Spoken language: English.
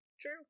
true